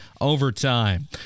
overtime